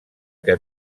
que